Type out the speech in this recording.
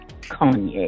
Kanye